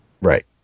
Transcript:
Right